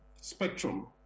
spectrum